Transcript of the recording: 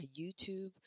YouTube